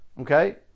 Okay